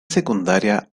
secundaria